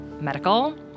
Medical